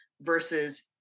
versus